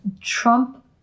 Trump